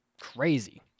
crazy